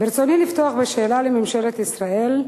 ברצוני לפתוח בשאלה לממשלת ישראל: